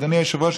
אדוני היושב-ראש,